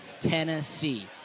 Tennessee